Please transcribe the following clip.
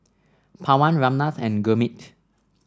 Pawan Ramnath and Gurmeet